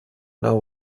know